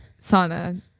sauna